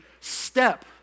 step